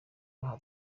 aha